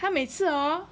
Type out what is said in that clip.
他每次哦